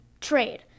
trade